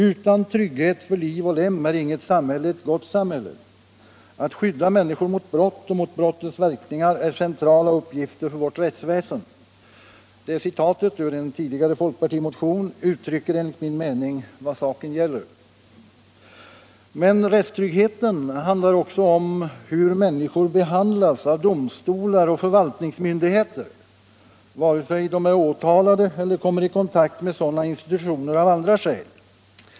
”Utan trygghet för liv och lem är inget samhälle ett gott samhälle. Att skydda människor mot brott och mot brottets verkningar är centrala uppgifter för vårt rättsväsen”. Detta citat ur en tidigare folkpartimotion uttrycker enligt min mening vad saken gäller. Men rättstryggheten handlar också om hur människor behandlas av domstolar och förvaltningsmyndigheter, vare sig man är åtalad eller kommer i kontakt med sådana institutioner av andra skäl.